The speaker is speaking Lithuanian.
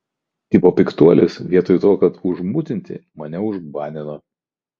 tipo piktuolis vietoj to kad užmutinti mane užbanino